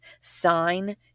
sign